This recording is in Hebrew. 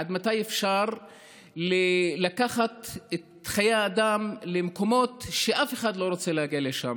עד מתי אפשר לקחת את חיי האדם למקומות שאף אחד לא רוצה להגיע לשם?